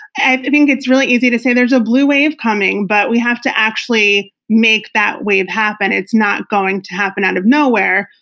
i think it's really easy to say there's a blue wave coming, but we have to actually make that wave happen. it's not going to happen out of nowhere.